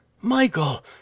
Michael